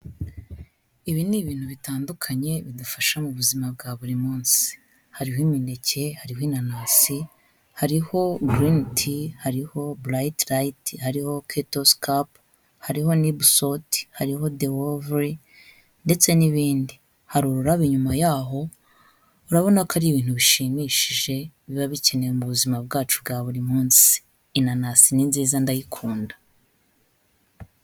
Ibi ni ibintu bitandukanye bidufasha mu buzima bwa buri munsi. Hariho imineke, hariho inanasi, hariho giriniti, hariho buriti riyiti, hariho keto sikapu, hariho nibu soti, hariho dewovure ndetse n'ibindi. hari ururabo inyuma yaho, urabona ko ari ibintu bishimishije biba bikenewe mu buzima bwacu bwa buri munsi. Inanasi ni nziza ndayikunda.